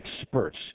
experts